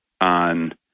on